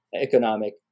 economic